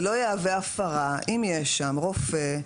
זה לא יהווה הפרה אם יש שם רופא,